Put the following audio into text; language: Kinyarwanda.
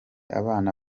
abana